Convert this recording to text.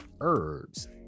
herbs